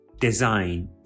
design